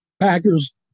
Packers